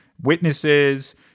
witnesses